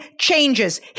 changes